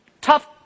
tough